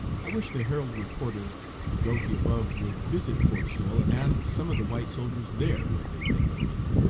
i wish the herald reporter who wrote the above would visit fort sill and ask some of the white soldiers there what they think of me.